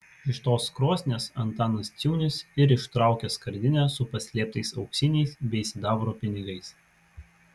iš tos krosnies antanas ciūnys ir ištraukė skardinę su paslėptais auksiniais bei sidabro pinigais